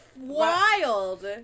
wild